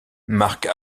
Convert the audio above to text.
marque